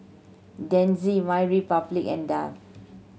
Denizen MyRepublic and Dove